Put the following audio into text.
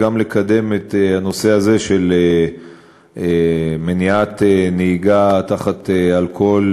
לקדם את הנושא הזה של מניעת נהיגה תחת השפעת אלכוהול,